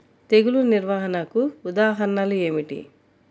తెగులు నిర్వహణకు ఉదాహరణలు ఏమిటి?